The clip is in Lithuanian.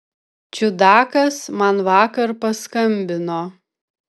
čiudakas man vakar paskambino